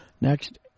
next